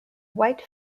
white